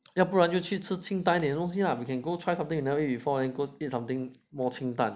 要不然就去吃清淡点东西 lah you can go try something you never eat before then go eat something more 清淡